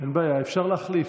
אין בעיה, אפשר להחליף.